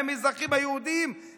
עם האזרחים היהודים,